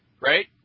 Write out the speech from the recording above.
Right